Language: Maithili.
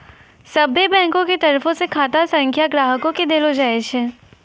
सभ्भे बैंको के तरफो से खाता संख्या ग्राहको के देलो जाय छै